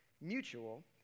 Mutual